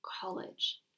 college